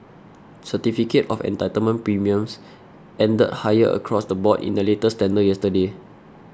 certificate of entitlement premiums ended higher across the board in the latest tender yesterday